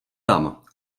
tam